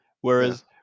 Whereas